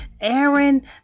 Aaron